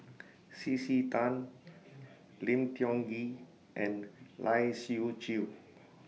C C Tan Lim Tiong Ghee and Lai Siu Chiu